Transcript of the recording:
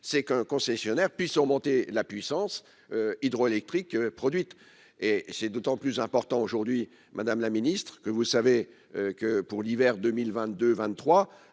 c'est qu'un concessionnaire puisse augmenter la puissance hydroélectrique produite et c'est d'autant plus important aujourd'hui, Madame la Ministre, que vous savez que pour l'hiver 2022 23